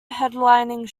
headlining